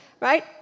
right